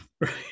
right